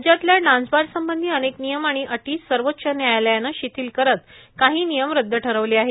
राज्यातल्या डान्सबार संबंधी अनेक नियम आणि अटी सर्वोच्च न्यायालयानं शिथील करत काही नियम रद्द ठरवले आहेत